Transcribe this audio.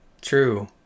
True